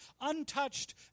untouched